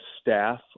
staff